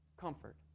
comfort